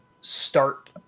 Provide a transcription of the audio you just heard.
start